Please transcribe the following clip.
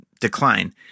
decline